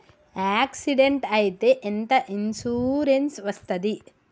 Accident అయితే ఎంత insurance వస్తది?